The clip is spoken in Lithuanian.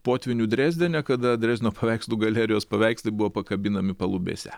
potvynių drezdene kada drezdeno paveikslų galerijos paveikslai buvo pakabinami palubėse